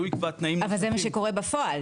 כדי שהוא ייקבע תנאים --- אבל זה מה שקורה בפועל.